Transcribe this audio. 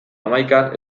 hamaikan